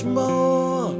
more